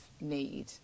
need